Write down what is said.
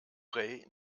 ray